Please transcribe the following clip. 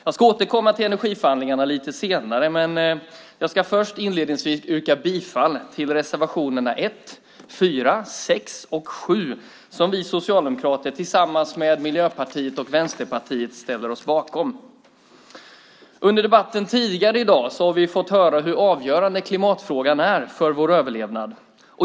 Jag ska återkomma till energiförhandlingarna lite senare, men jag ska inledningsvis yrka bifall till reservationerna 1, 4, 6 och 7, som vi socialdemokrater tillsammans med Miljöpartiet och Vänsterpartiet ställer oss bakom. Under debatten tidigare i dag har vi fått höra hur avgörande klimatfrågan är för vår överlevnad.